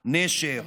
נשר,